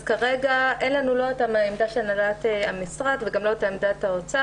אז כרגע אין לנו לא את העמדה של הנהלת המשרד וגם לא את עמדת האוצר.